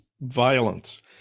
violence